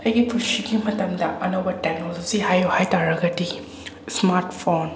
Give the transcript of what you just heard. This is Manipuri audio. ꯑꯩꯒꯤ ꯄꯨꯟꯁꯤꯒꯤ ꯃꯇꯝꯗ ꯑꯅꯧꯕ ꯇꯦꯛꯅꯣꯂꯣꯖꯤ ꯍꯥꯏꯌꯨ ꯍꯥꯏꯇꯥꯔꯒꯗꯤ ꯁ꯭ꯃꯥ꯭ꯔꯠ ꯐꯣꯟ